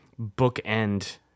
bookend